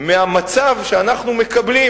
מהמצב שאנחנו מקבלים,